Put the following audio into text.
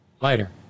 Later